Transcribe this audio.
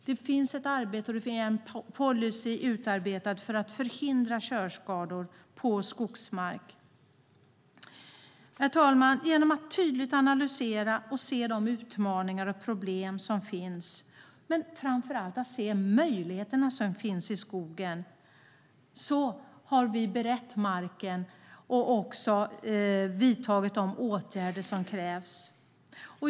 Det finns ett arbete, och det finns en policy utarbetad för att förhindra körskador på skogsmark. Herr talman! Genom att tydligt analysera och se de utmaningar och problem som finns, men framför allt genom att se de möjligheter som finns i skogen, har vi berett marken och vidtagit de åtgärder som krävs.